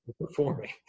performing